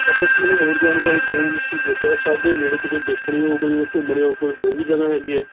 ਅੱਛਾ ਇੱਕ ਮੈਨੂੰ ਹੋਰ ਜਾਣਕਾਰੀ ਦਿਉ ਇਸ ਗੁਰਦੁਆਰਾ ਸਾਹਿਬ ਦੇ ਨੇੜੇ ਤੇੜੇ ਦੇਖਣ ਯੋਗ ਹੋਏ ਘੁੰਮਣ ਯੋਗ ਕੋਈ ਹੋਰ ਵੀ ਜਗ੍ਹਾ ਹੈਗੀ ਹੈ